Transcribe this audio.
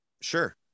sure